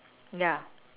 ya